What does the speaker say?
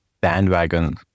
bandwagon